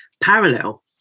Parallel